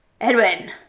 Edwin